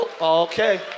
Okay